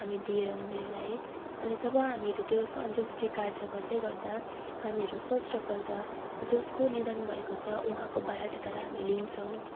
हामी दिएर उनीहरूलाई अनि जब हामीले त्यो अन्त्येष्टि कार्य गर्दैगर्दा हामीहरू फर्स्ट अफ् अल त जसको निधन भएको छ उहाँको बायोडाटालाई हामी लिन्छौँ